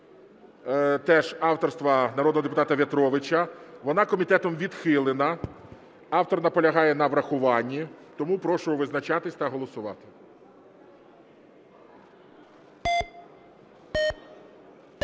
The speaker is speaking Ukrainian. теж авторства народного депутата В'ятровича. Вона комітетом відхилена. Автор наполягає на врахуванні. Тому прошу визначатись та голосувати.